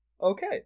okay